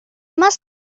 must